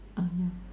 uh yeah